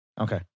Okay